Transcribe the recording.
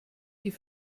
die